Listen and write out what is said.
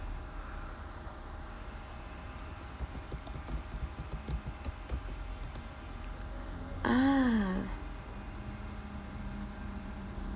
ah